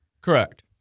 Correct